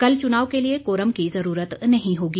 कल चुनाव के लिए कोरम की ज़रूरत नहीं होगी